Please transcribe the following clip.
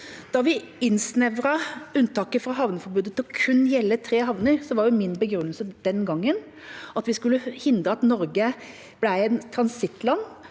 Da vi innsnevret unntaket fra havneforbudet til kun å gjelde tre havner, var min begrunnelse den gangen at vi skulle hindre at Norge ble et transittland